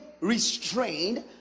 restrained